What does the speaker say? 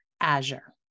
Azure